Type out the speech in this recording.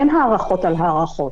אין הארכות על הארכות.